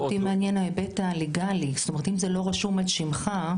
אותי מעניין ההיבט הלגאלי, אם זה לא רשום על שמך.